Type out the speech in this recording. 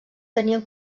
tenien